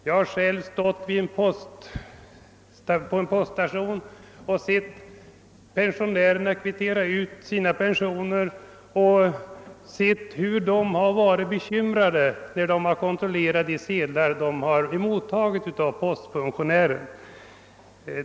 Jag har själv stått på en poststation och sett pensionärer kvittera ut sina pensioner och iakttagit hur bekymrade de varit när de kontrollerat de sedlar de emottagit av postfunktionären.